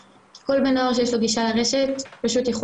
כי כל בן נוער שיש לו גישה לרשת פשוט יכול